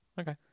okay